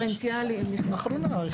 האחרונה.